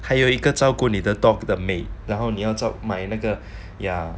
还有一个照顾你的 dog 的 maid 然后你要找买那个 ya